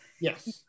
Yes